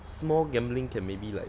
small gambling can maybe like